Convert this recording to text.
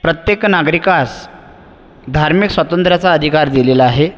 प्रत्येक नागरिकास धार्मिक स्वातंत्र्याचा अधिकार दिलेला आहे